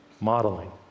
modeling